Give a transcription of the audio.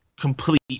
complete